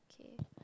okay